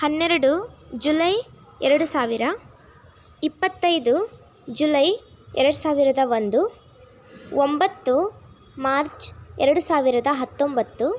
ಹನ್ನೆರಡು ಜುಲೈ ಎರಡು ಸಾವಿರ ಇಪ್ಪತ್ತೈದು ಜುಲೈ ಎರಡುಸಾವಿರದ ಒಂದು ಒಂಬತ್ತು ಮಾರ್ಚ್ ಎರಡು ಸಾವಿರದ ಹತ್ತೊಂಬತ್ತು